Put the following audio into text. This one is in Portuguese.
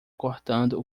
cortando